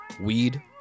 Weed